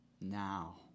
Now